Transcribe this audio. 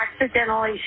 accidentally